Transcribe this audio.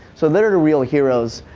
so theyire the real heroes